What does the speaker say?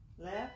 Left